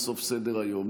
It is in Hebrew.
לסוף סדר-היום.